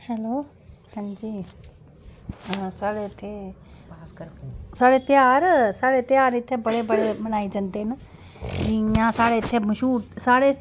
hello अंजी साढ़े इ'त्थें साढ़े ध्यार साढ़े ध्यार इ'त्थें बड़े बड़े मनाए जंदे न जि'यां साढ़े इ'त्थें मशहूर साढ़े